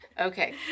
Okay